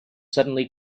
suddenly